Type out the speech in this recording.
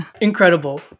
Incredible